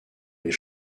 les